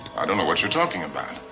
i don't know what you're talking about.